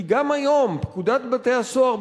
כי גם היום פקודת בתי-הסוהר,